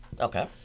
Okay